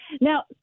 Now